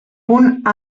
punt